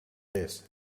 this